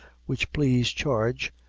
which please charge,